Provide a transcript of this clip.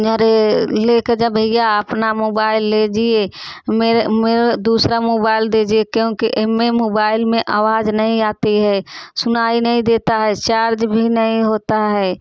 अरे लेकर जा भैया आपना मोबाइल ले जाइए मेरे मेरा दूसरा मोबाइल दीजिए क्योंकि इसमें मोबाइल में आवाज नहीं आती है सुनाई नहीं देता है चार्ज भी नहीं होता है